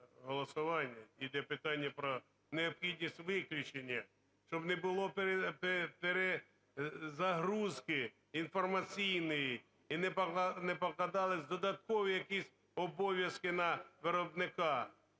голосування. Іде питання про необхідність виключення, щоб не було перезагрузки інформаційної і не покладались додаткові якісь обов'язки на виробника,